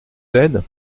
d’aide